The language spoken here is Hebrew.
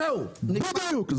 זהו, נגמר.